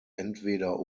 entweder